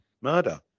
murder